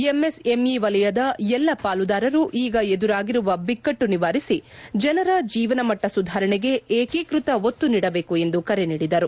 MSME ವಲಯದ ಎಲ್ಲಾ ಪಾಲುದಾರರು ಈಗ ಎದುರಾಗಿರುವ ಬಿಕ್ಕಟ್ಟು ನಿವಾರಿಸಿ ಜನರ ಜೀವನಮಟ್ಟ ಸುಧಾರಣೆಗೆ ಏಕೀಕೃತ ಒತ್ತು ನೀಡಬೇಕು ಎಂದು ಕರೆ ನೀಡಿದರು